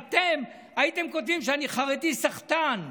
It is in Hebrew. אתם הייתם כותבים שאני חרדי סחטן,